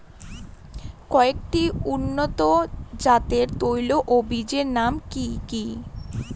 কয়েকটি উন্নত জাতের তৈল ও বীজের নাম কি কি?